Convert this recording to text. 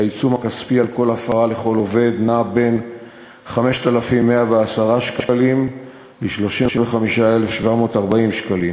והעיצום הכספי על כל הפרה לכל עובד נע בין 5,110 שקלים ל-35,740 שקלים,